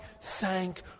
thank